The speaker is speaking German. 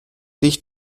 dich